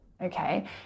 Okay